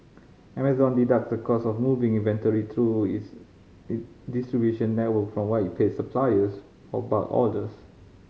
Amazon deduct the cost of moving inventory through its distribution network from what it pays suppliers for bulk orders